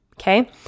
okay